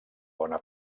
bona